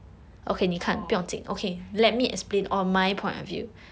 orh